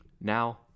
Now